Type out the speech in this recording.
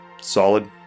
solid